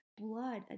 blood